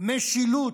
משילות,